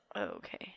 Okay